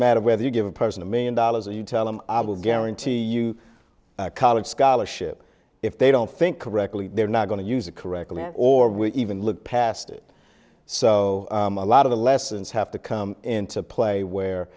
matter whether you give a person a million dollars or you tell them i will guarantee you a college scholarship if they don't think correctly they're not going to use it correctly or we even look past it so a lot of the lessons have to come into play where